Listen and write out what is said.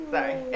Sorry